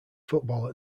football